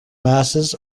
masses